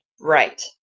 Right